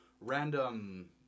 random